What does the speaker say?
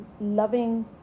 loving